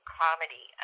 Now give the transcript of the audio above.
comedy